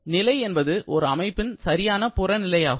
நிலை என்பது ஒரு அமைப்பின் சரியான புறநிலையாகும்